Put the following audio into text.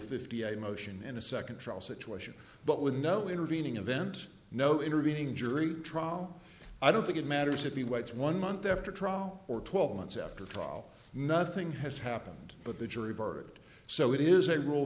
fifty a motion in a second trial situation but with no intervening event no intervening jury trial i don't think it matters if he waits one month after trial or twelve months after tall nothing has happened but the jury verdict so it is a rule